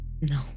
no